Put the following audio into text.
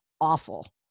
awful